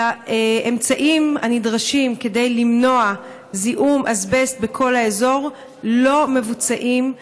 והאמצעים הנדרשים כדי למנוע זיהום אסבסט בכל האזור לא מבוצעים.